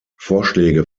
vorschläge